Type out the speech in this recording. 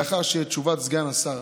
לאחר תשובת סגן השר,